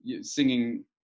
singing